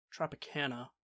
Tropicana